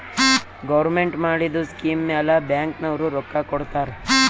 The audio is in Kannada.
ಗೌರ್ಮೆಂಟ್ ಮಾಡಿದು ಸ್ಕೀಮ್ ಮ್ಯಾಲ ಬ್ಯಾಂಕ್ ನವ್ರು ರೊಕ್ಕಾ ಕೊಡ್ತಾರ್